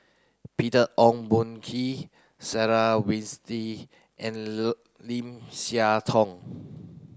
Peter Ong Boon Kwee Sarah Winstedt and Lim Siah Tong